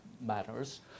matters